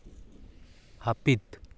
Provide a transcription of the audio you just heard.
ᱦᱟᱹᱯᱤᱫ